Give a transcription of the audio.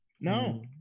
No